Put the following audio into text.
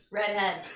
redhead